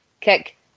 kick